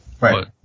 Right